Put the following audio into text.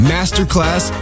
Masterclass